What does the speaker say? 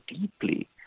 deeply